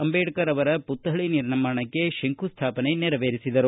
ಅಂಬೇಡ್ಕರ್ ಅವರ ಪುತ್ಥಳ ನಿರ್ಮಾಣಕ್ಕೆ ಶಂಕುಸ್ಥಾಪನೆ ನೆರವೇರಿಸಿದರು